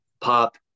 pop